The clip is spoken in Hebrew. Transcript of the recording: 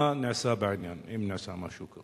מה נעשה בעניין, אם נעשה משהו?